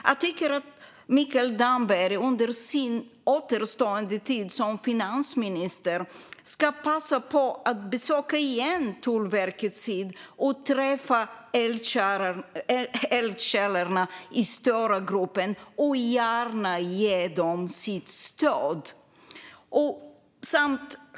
Jag tycker att Mikael Damberg under sin återstående tid som finansminister ska passa på att besöka Tullverket Syd och träffa eldsjälarna i Störa-gruppen och gärna ge dem sitt stöd.